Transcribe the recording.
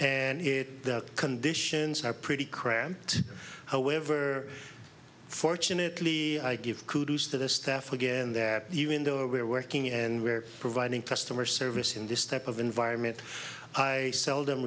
and the conditions are pretty cramped however fortunately i give kudos to the staff again that even though we're working and we're providing press them or service in this type of environment i seldom